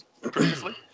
previously